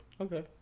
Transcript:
Okay